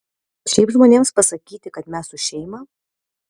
šiaip žmonėms pasakyti kad mes už šeimą